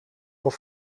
van